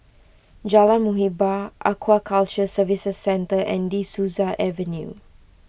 Jalan Muhibbah Aquaculture Services Centre and De Souza Avenue